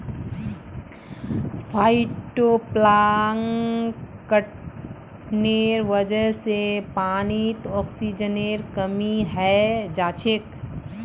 फाइटोप्लांकटनेर वजह से पानीत ऑक्सीजनेर कमी हैं जाछेक